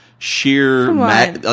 Sheer